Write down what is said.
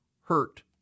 hurt